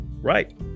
Right